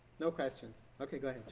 no questions. ok. go